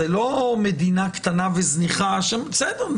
זו לא מדינה קטנה וזניחה שאומרים: בסדר,